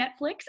Netflix